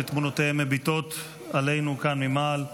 שתמונותיהם מביטות עלינו כאן ממעל,